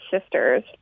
sisters